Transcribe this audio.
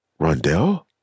Rondell